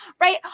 right